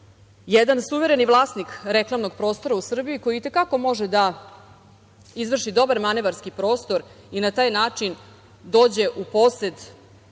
jedan suvereni vlasnik reklamnog prostora u Srbiji, koji i te kako može da izvrši dobar manevarski prostor i na taj način dođe u posed